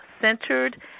centered